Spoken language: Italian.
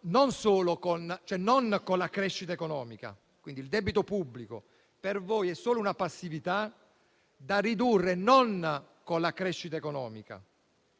non con la crescita economica,